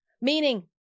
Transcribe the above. meaning